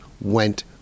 went